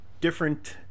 different